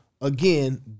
again